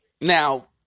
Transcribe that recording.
Now